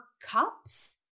cups